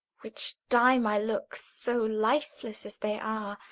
which dye my looks so lifeless as they are,